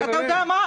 תקשיב, אתה יודע מה?